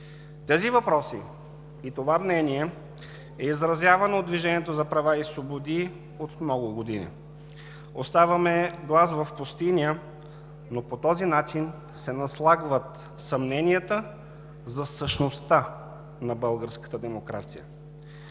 Тези въпроси и това мнение е изразявано от Движението за права и свободи от много години. Оставаме глас в пустиня, но по този начин се наслагват съмненията за същността на българската демокрация